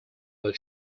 will